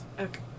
Okay